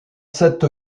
cette